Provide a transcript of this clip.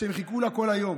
שהם חיכו לה כל היום.